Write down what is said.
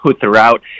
throughout